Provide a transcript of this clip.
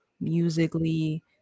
musically